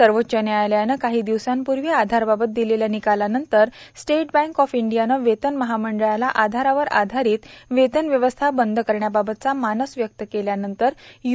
सर्वोच्च न्यायालयानं काही दिवसांपूर्वी आधारबाबत दिलेल्या निकालानंतर स्टेट बँक ऑफ इंडियानं वेतन महामंडळाला आधारावर आधारित वेतन व्यवस्था बंद करण्याबाबतचा मानस व्यक्त केल्यानंतर यु